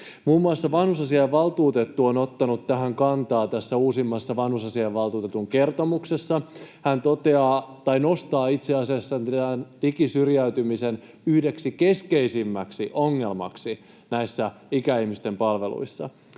Muun muassa vanhusasiainvaltuutettu on ottanut tähän kantaa uusimmassa vanhusasiainvaltuutetun kertomuksessa. Hän nostaa itse asiassa digisyrjäytymisen yhdeksi keskeisimmäksi ongelmaksi näissä ikäihmisten palveluissa,